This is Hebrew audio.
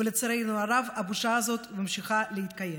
ולצערנו הרב, הבושה הזאת ממשיכה להתקיים.